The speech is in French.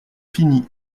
finis